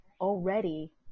already